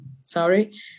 sorry